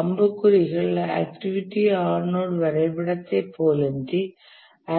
அம்புகுறிகள் activity on node வரைபடத்தைப் போலன்றி